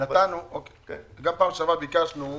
גם בפעם שעברה ביקשנו,